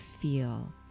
feel